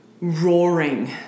roaring